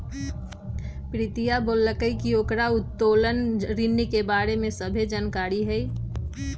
प्रीतिया बोललकई कि ओकरा उत्तोलन ऋण के बारे में सभ्भे जानकारी हई